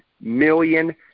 million